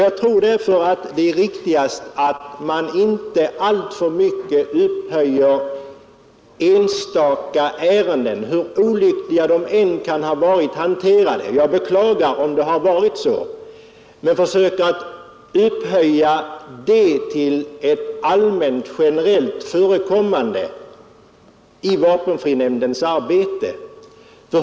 Jag tror därför att det är riktigt att man inte alltför mycket upphöjer enstaka ärenden, hur olyckliga de än kan ha blivit hanterade — jag beklagar om det har förekommit — till något allmänt generellt förekommande i vapenfrinämndens arbete.